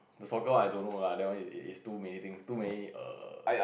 the soccer one I don't know lah that one is it's too many things too many err